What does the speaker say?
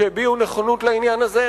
והם הביעו נכונות לעניין הזה.